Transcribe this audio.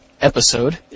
episode